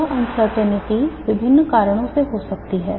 यह uncertainty विभिन्न कारणों से हो सकती है